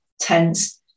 tense